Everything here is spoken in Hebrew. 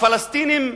הפלסטינים,